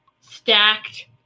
Stacked